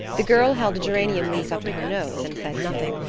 the girl held a geranium leaf up to her nose and said nothing,